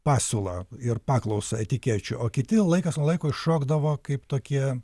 pasiūlą ir paklausą etikečių o kiti laikas nuo laiko iššokdavo kaip tokie